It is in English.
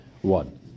one